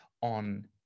on